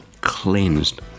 cleansed